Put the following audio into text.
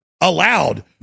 allowed